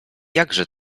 jakże